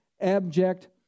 abject